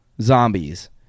zombies